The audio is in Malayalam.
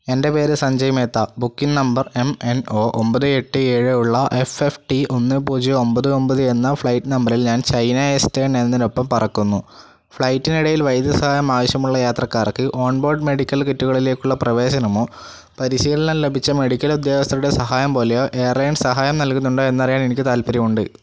എൻ്റെ പേര് Sanjay Mehta booking number M N O ഒമ്പത് എട്ട് ഏഴ് ഉള്ള എഫ് എഫ് ടി ഒന്ന് പൂജ്യം ഒമ്പത് ഒമ്പത് എന്ന ഫ്ലൈറ്റ് നമ്പറിൽ ഞാൻ ചൈന എസ്റ്റേർൺ എന്നതിനൊപ്പം പറക്കുന്നു ഫ്ലൈറ്റിനിടയിൽ വൈദ്യസഹായം ആവശ്യമുള്ള യാത്രക്കാർക്ക് ഓൺബോഡ് മെഡിക്കൽ കിറ്റുകളിലേക്കുള്ള പ്രവേശനമോ പരിശീലനം ലഭിച്ച മെഡിക്കൽ ഉദ്യോഗസ്ഥരുടെ സഹായം പോലെയോ എയർലൈൻ സഹായം നൽകുന്നുണ്ടോ എന്നറിയാൻ എനിക്ക് താൽപ്പര്യമുണ്ട്